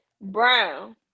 Brown